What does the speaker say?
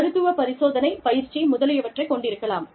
மருத்துவ பரிசோதனை பயிற்சி முதலியவற்றைக் கொண்டிருக்கலாம்